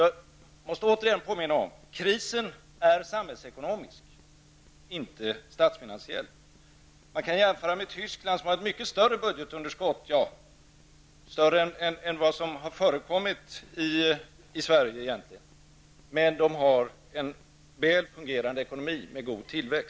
Jag måste återigen påminna om att krisen är samhällsekonomisk, inte statsfinansiell. Man kan jämföra med Tyskland som har ett mycket större budgetunderskott -- större än vad som någonsin har förekommit i Sverige -- men man har en väl fungerande ekonomi med god tillväxt.